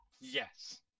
Yes